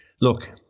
look